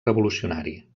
revolucionari